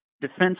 defense